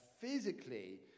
physically